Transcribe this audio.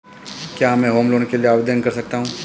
क्या मैं home loan के लिए आवेदन कर सकता हूं?